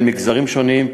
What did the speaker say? בין מגזרים שונים.